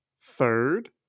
third